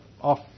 off